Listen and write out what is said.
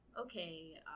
Okay